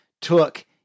took